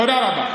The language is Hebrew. תודה רבה.